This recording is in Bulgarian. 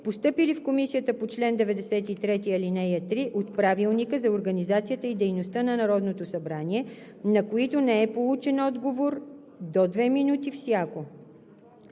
постъпили в Комисията по чл. 93, ал. 3 от Правилника за организацията и дейността на Народното събрание, на които не е получен отговор – до две минути всяко.